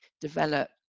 develop